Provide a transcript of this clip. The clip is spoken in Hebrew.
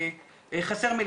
זה חוסר שהוא